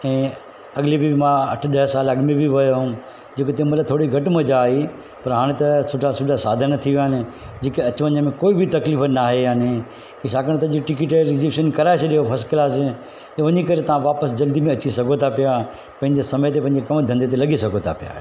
ऐं अॻिले बि मां अठ ॾह साल अॻु में बि वयुमि छोकी जेम्ल्हि थोड़ी घटि मज़ा आई पर हाणे त सुठा सुठा साधन अची विया आहिनि जेकी अच वञ में कोई बि तकलीफ़ु न आहे याने की छाकाणि त जे टिकट रजिस्ट्रेशन कराए छॾियोसि फस्ट क्लास के वञी करे असां वापसि जल्दी में अची सघो था पिया पंहिंजे समय ते वञी पउ ऐं पंहिंजे धंधे ते लॻी सघो था पिया